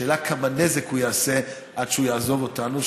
השאלה היא כמה נזק הוא יעשה עד שהוא יעזוב אותנו,